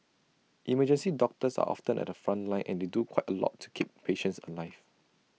emergency doctors are often at the front line and they do quite A lot to keep patients alive